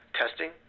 testing